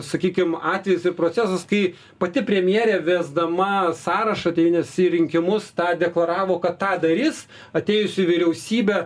sakykim atvejis ir procesas kai pati premjerė vesdama sąrašą tėvynės į rinkimus tą deklaravo kad tą darys atėjusi į vyriausybę